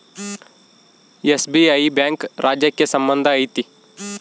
SBI bank ರಾಜ್ಯಕ್ಕೆ ಸಂಬಂಧ ಐತಿ